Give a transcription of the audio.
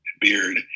Beard